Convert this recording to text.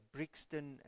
Brixton